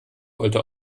wollte